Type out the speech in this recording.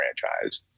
franchise